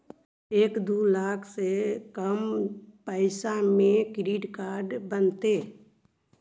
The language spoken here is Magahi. एक दू लाख से कम पैसा में क्रेडिट कार्ड बनतैय?